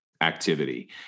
activity